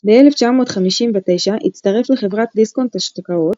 ב-1959 הצטרף לחברת "דיסקונט השקעות",